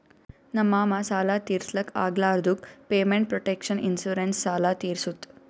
ನಮ್ ಮಾಮಾ ಸಾಲ ತಿರ್ಸ್ಲಕ್ ಆಗ್ಲಾರ್ದುಕ್ ಪೇಮೆಂಟ್ ಪ್ರೊಟೆಕ್ಷನ್ ಇನ್ಸೂರೆನ್ಸ್ ಸಾಲ ತಿರ್ಸುತ್